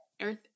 earth